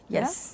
Yes